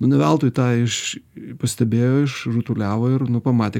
nu ne veltui tą iš pastebėjo išrutuliavo ir pamatė